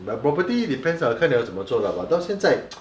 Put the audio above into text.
property depends ah 看你要怎么做 lah but 到现在